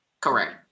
Correct